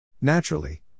Naturally